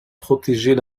protéger